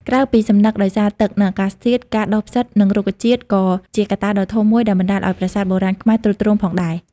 ក្រៅពីសំណឹកដោយសារទឹក និងអាកាសធាតុ ការដុះផ្សិត និងរុក្ខជាតិ ក៏ជាកត្តាដ៏ធំមួយដែលបណ្ដាលឱ្យប្រាសាទបុរាណខ្មែរទ្រុឌទ្រោមផងដែរ។